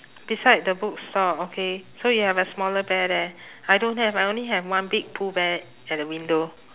beside the bookstore okay so you have a smaller bear there I don't have I only have one big pooh bear at the window